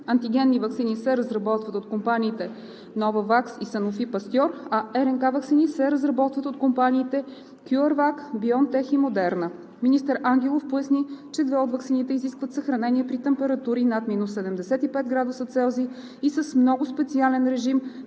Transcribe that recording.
антигенни ваксини се разработват от компаниите Novavax и Sanofi Pasteur, а РНК ваксини се разработват от компаниите CureVac, BioNTech и Moderna. Министър Ангелов поясни, че две от ваксините изискват съхранение при температури над минус 75° С и са с много специален режим